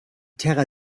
terra